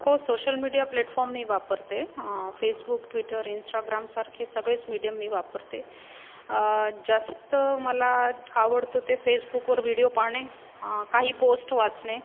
हो social media platform मी वापरते फेसबुक ट्विटर इन्स्टाग्रामसारखे सगळेच मिडियम मी वापरते जास्त मला आवडतं ते फेसबुकवर व्हिडियो पाहाणे काही पोस्ट वाचणे